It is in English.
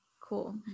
cool